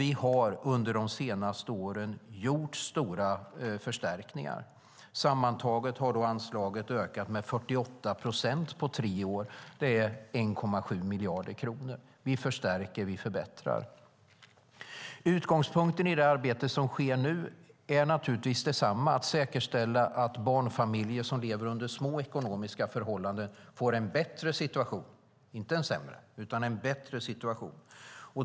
Vi har under de senaste åren gjort stora förstärkningar. Sammantaget har anslaget ökat med 48 procent på tre år. Det är 1,7 miljarder kronor. Vi förstärker. Vi förbättrar. Utgångspunkten i det arbete som sker nu är detsamma, att säkerställa att barnfamiljer som lever under små ekonomiska förhållanden får en bättre situation - inte en sämre.